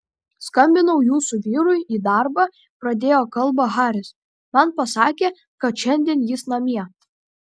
skambinau jūsų vyrui į darbą pradėjo kalbą haris man pasakė kad šiandien jis namie